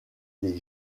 des